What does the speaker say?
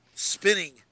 spinning